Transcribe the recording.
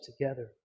together